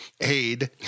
Aid